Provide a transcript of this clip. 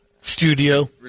Studio